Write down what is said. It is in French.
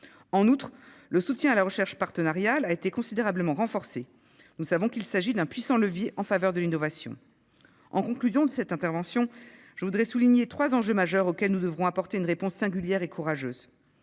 En outre, le soutien à la recherche partenariale a été considérablement renforcé. Nous savons qu'il s'agit d'un puissant levier en faveur de l'innovation. En conclusion, j'évoquerai trois enjeux majeurs auxquels nous devrons apporter une réponse singulière et courageuse.